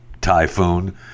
typhoon